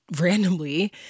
randomly